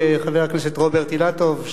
חבר הכנסת רוברט אילטוב,